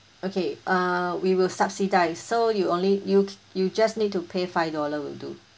okay uh we will subsidise so you only you you just need to pay five dollar will do